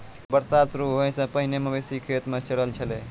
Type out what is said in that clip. बरसात शुरू होय सें पहिने मवेशी खेतो म चरय छलै